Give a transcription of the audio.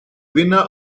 winner